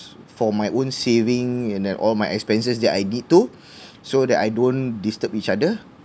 for my own saving and then all my expenses that I need to so that I don't disturb each other